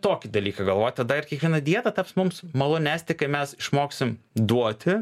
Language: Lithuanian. tokį dalyką galvoti tada ir kiekviena dieta taps mums malonesnė kai mes išmoksim duoti